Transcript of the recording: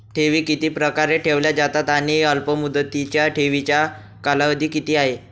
ठेवी किती प्रकारे ठेवल्या जातात आणि अल्पमुदतीच्या ठेवीचा कालावधी किती आहे?